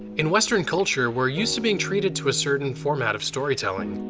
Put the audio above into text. in western culture, we're used to being treated to a certain format of storytelling.